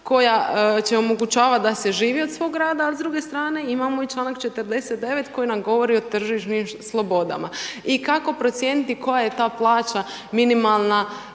koja će omogućavati da se živio od svog rada a s druge strane imamo i članak 49. koji nam govori o tržišnim slobodama i kako procijeniti koja je ta plaća minimalna,